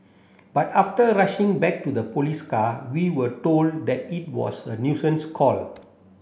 but after rushing back to the police car we were told that it was a nuisance call